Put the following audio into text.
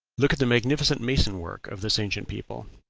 look at the magnificent mason-work of this ancient people!